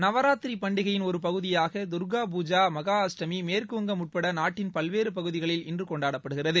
நவராத்திரி பண்டிகையின் ஒரு பகுதியாக துர்க்கா பூஜா மகாஅஷ்டமி மேற்குவங்கம் உட்பட நாட்டின் பல்வேறு பகுதிகளில் இன்று கொண்டாடப்படுகிறது